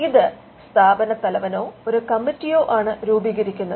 ഇത് സ്ഥാപനത്തലവനോ ഒരു കമ്മിറ്റിയോ ആണ് രൂപീകരിക്കുന്നത്